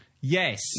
Yes